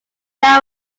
that